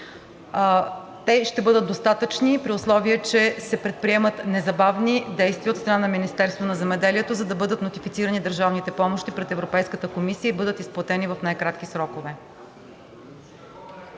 Те ще бъдат достатъчни, при условие че се предприемат незабавни действия от страна на Министерството на земеделието, за да бъдат нотифицирани държавните помощи пред Европейската комисия, и бъдат изплатени в най-кратки срокове.